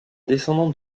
descendant